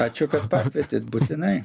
ačiū kad pakvietėt būtinai